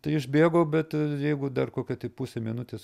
tai išbėgau bet jeigu dar kokią tai pusę minutės